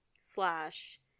slash